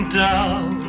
down